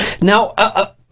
Now